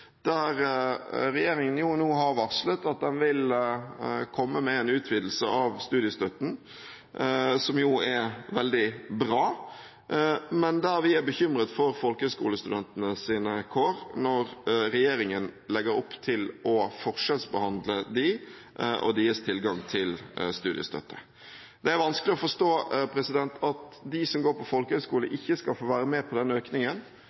der regjeringen nå har varslet at den vil komme med en utvidelse av studiestøtten. Det er veldig bra, men vi er bekymret for folkehøyskolestudentenes kår når regjeringen legger opp til å forskjellsbehandle dem og deres tilgang til studiestøtte. Det er vanskelig å forstå at de som går på folkehøyskole, ikke skal få være med på denne økningen.